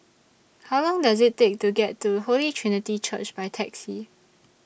How Long Does IT Take to get to Holy Trinity Church By Taxi